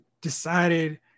decided